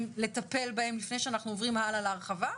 לטפל בהן לפני שאנחנו עוברים הלאה להרחבה.